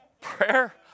Prayer